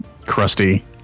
crusty